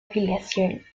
afiliación